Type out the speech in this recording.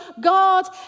God